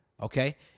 Okay